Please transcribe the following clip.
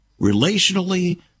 relationally